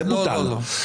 זה בוטל.